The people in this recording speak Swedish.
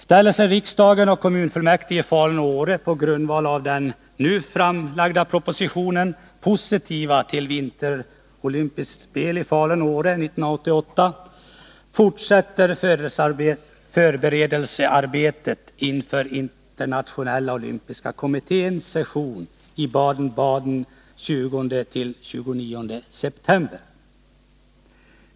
Ställer sig riksdagen och kommunfullmäktige i Falun och Åre på grundval av den nu framlagda propositionen positiva till olympiska vinterspel i Falun och Åre 1988, fortsätter förberedelsearbetet inför internationella olympiska kommitténs session i Baden-Baden den 20-29 september.